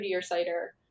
cider